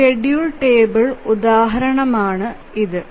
ഒരു schedule table ഉദാഹരണം ഇതാ